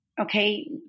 okay